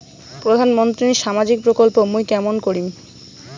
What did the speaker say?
প্রধান মন্ত্রীর সামাজিক প্রকল্প মুই কেমন করিম?